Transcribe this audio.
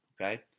Okay